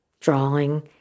drawing